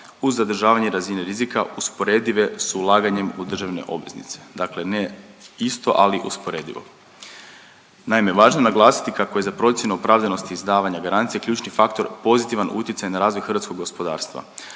uz zadržavanje razine rizika usporedive s ulaganjem u državne obveznice. Dakle, ne isto ali usporedivo. Naime, važno je naglasiti kako je za procjenu opravdanosti izdavanja garancije ključni faktor pozitivan utjecaj na razvoj hrvatskog gospodarstva.